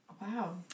Wow